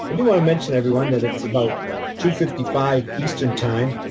do want to mention, everyone, that it's about two fifty five eastern time.